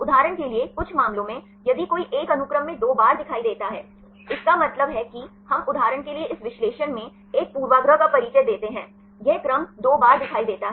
उदाहरण के लिए कुछ मामलों में यदि कोई एक अनुक्रम में दो बार दिखाई देता है इसका मतलब है कि हम उदाहरण के लिए इस विश्लेषण में एक पूर्वाग्रह का परिचय देते हैं ये क्रम दो बार दिखाई देता है